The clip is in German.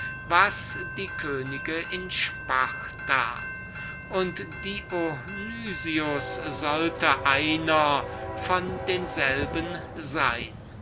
was die könige in sparta und dionys sollte einer von denselben sein